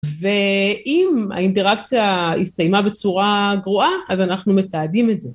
ואם האינטראקציה הסתיימה בצורה גרועה, אז אנחנו מתעדים את זה.